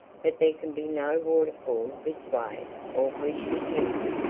but there can be no waterfall this way or we should hear it.